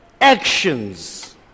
actions